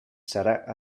serà